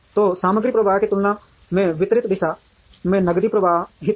तो सामग्री प्रवाह की तुलना में विपरीत दिशा में नकदी प्रवाहित होगी